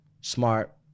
smart